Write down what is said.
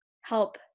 help